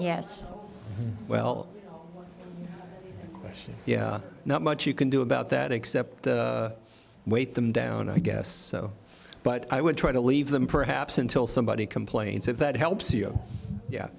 yes well yeah not much you can do about that except wait them down i guess so but i would try to leave them perhaps until somebody complains if that helps you